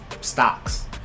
stocks